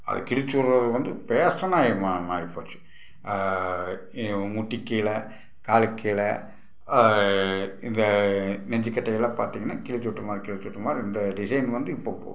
அது கிழித்து விட்றது வந்து ஃபேஷனாய் மா மாறி போச்சி இ முட்டிக்கீழே காலுக்கீழே இந்த நெஞ்சிக்கிட்டை எல்லாம் பார்த்தீங்கன்னா கிழிச்சி விட்ட மாதிரி கிழிச்சி விட்ட மாதிரி இந்த டிசைன் வந்து இப்போது போ